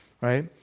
Right